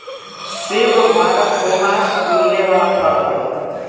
सेब बारहोमास मिले वाला फल हवे